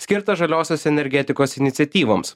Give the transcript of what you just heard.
skirtą žaliosios energetikos iniciatyvoms